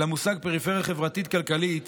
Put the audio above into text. למושג פריפריה חברתית-כלכלית